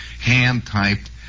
hand-typed